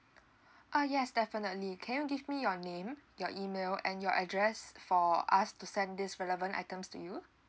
uh yes definitely can you give me your name your email and your address for us to send this relevant items to you